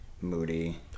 moody